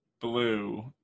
blue